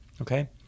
Okay